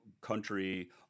country